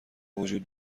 وجود